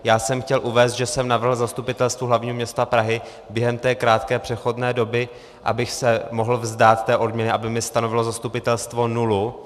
Já jsem chtěl uvést, že jsem navrhl Zastupitelstvu hl. m. Prahy během té krátké přechodné doby, abych se mohl vzdát té odměny, aby mi stanovilo zastupitelstvo nulu.